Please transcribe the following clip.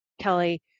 Kelly